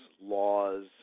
laws